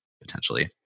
potentially